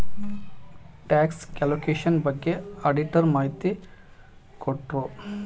tax calculation ಬಗ್ಗೆ auditor ಮಾಹಿತಿ ಕೊಟ್ರು